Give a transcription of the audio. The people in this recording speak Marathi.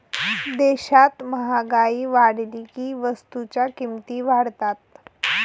देशात महागाई वाढली की वस्तूंच्या किमती वाढतात